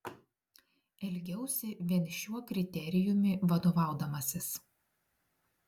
elgiausi vien šiuo kriterijumi vadovaudamasis